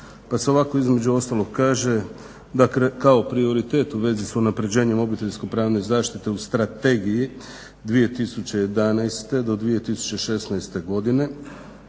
Pa se ovako između ostalog kaže da kao prioritet u vezi s unapređenjem obiteljsko pravne zaštite u strategiji, 2011. do 2016. godine